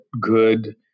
good